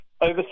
over